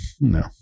no